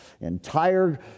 Entire